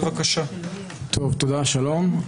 שלום.